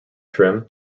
trim